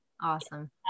awesome